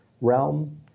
realm